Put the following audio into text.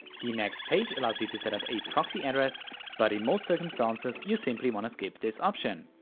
the next page allows you to set up a proxy address but in most circumstances you simply want to skip this option.